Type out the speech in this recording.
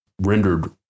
rendered